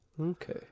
Okay